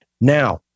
now